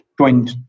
joined